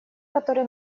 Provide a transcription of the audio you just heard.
которые